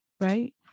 right